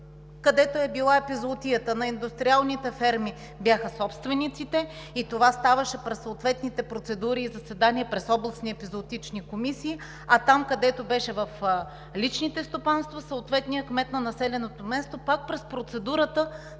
където е била епизоотията? Бяха собствениците на индустриалните ферми и това ставаше през съответните процедури и заседания на областни епизоотични комисии, а там, където беше в личните стопанства – съответният кмет на населеното място пак през процедурата